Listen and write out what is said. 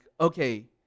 okay